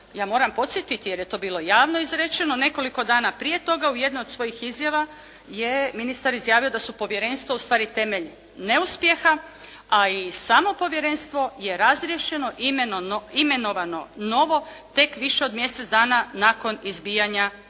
ja moram podsjetiti jer je to bilo javno izrečeno. Nekoliko dana prije toga u jednoj od svojih izjava je ministar izjavio da su povjerenstva ustvari temelj neuspjeha a i samo povjerenstvo je razriješeno, imenovano novo tek više od mjesec dana nakon izbijanja afere